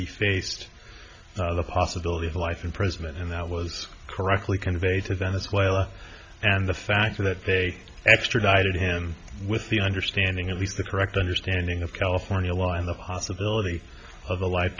he faced the possibility of life imprisonment and that was correctly conveyed to venezuela and the fact that they extradited him with the understanding at least the correct understanding of california law and the possibility of a life